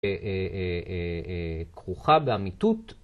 כרוכה באמיתות.